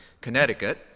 Connecticut